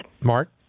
Mark